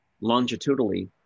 longitudinally